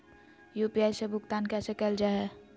UPI से भुगतान कैसे कैल जहै?